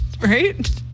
right